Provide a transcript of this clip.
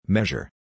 Measure